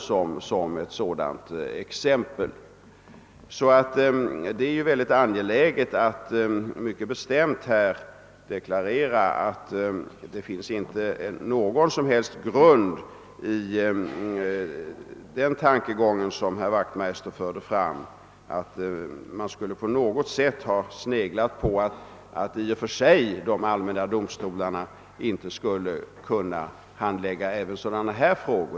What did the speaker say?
Jag är därför mycket angelägen att bestämt deklarera att det inte finns någon soin helst grund för den tankegång som herr Wachtmeister förde fram. Vi har inte haft någon tanke på att de allmänna domstolarna inte skulle kunna handlägga de frågor vi nu talar om.